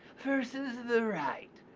versus the right,